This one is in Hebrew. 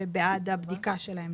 ובעד הבדיקה שלהן,